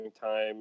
time